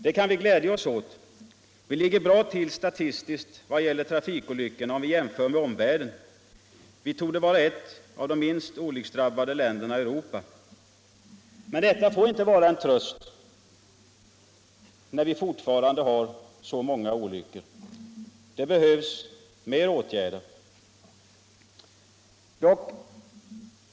Det kan vi glädja oss åt. Vi ligger bra till statistiskt vad gäller trafikolyckorna, om vi jämför med omvärlden. Sverige torde vara ett av de minst olycksdrabbade länderna i Europa. Men detta får inte vara en tröst, när vi fortfarande har så många olyckor. Det behövs ytterligare åtgärder.